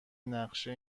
نقشه